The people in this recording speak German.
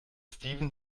steven